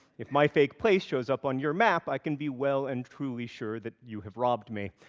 if my fake place shows up on your map, i can be well and truly sure that you have robbed me.